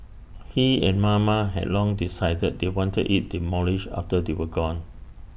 he and mama had long decided they wanted IT demolished after they were gone